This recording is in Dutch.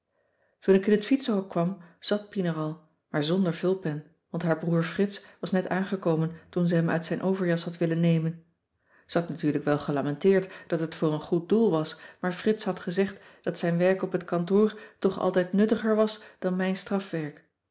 toen ik in het fietsenhok kwam zat pien er al maar zonder vulpen want haar broer frits was net aangekomen toen ze hem uit zijn overjas had willen nemen ze had natuurlijk wel gelamenteerd dat het voor een goed doel was maar frits had gezegd dat zijn werk op het kantoor toch altijd nuttiger was dan mijn